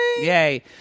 Yay